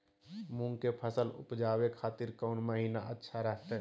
मूंग के फसल उवजावे खातिर कौन महीना अच्छा रहतय?